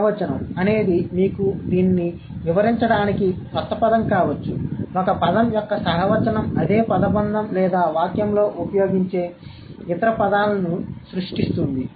సహ వచనం అనేది మీకు దీన్ని వివరించడానికి కొత్త పదం కావచ్చు ఒక పదం యొక్క సహ వచనం అదే పదబంధం లేదా వాక్యంలో ఉపయోగించే ఇతర పదాలను సృష్టిస్తుంది